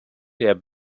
der